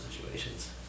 situations